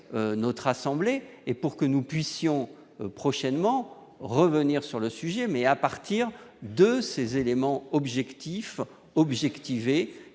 notre assemblée et pour que nous puissions prochainement revenir sur le sujet, mais à partir de ces éléments objectifs objectiver